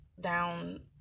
down